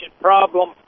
problem